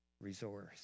resource